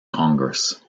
congress